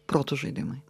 proto žaidimai